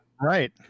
right